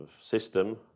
system